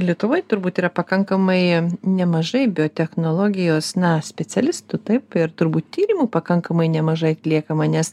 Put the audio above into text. lietuvoj turbūt yra pakankamai nemažai biotechnologijos na specialistų taip ir turbūt tyrimų pakankamai nemažai atliekama nes